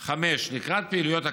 5. לקראת פעילויות הקיץ,